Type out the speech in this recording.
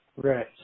Right